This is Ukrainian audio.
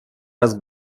раз